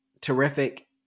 terrific